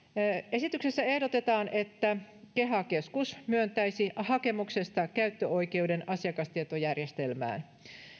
esityksessä ehdotetaan että keha keskus myöntäisi hakemuksesta käyttöoikeuden asiakastietojärjestelmään